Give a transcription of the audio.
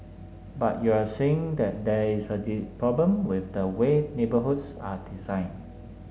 but you're saying that there is a problem with the way neighbourhoods are designed